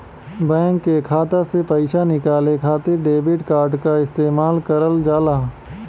bank के खाता से पइसा निकाले खातिर डेबिट कार्ड क इस्तेमाल करल जाला